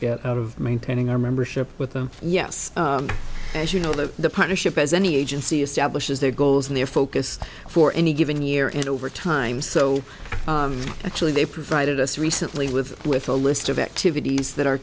maintaining our membership with them yes as you know the partnership as any agency establishes their goals and their focus for any given year and over time so actually they provided us recently with with a list of activities that our